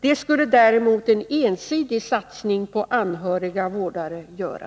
Det skulle däremot en ensidig satsning på anhöriga vårdare göra.